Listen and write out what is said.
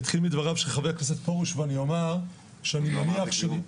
אני אתחיל מדבריו של ח"כ פרוש ואני אומר --- עוד לא אמרתי כלום.